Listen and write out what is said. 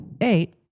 eight